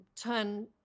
turn